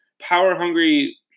power-hungry